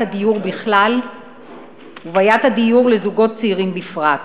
הדיור בכלל ובעיית הדיור לזוגות צעירים בפרט.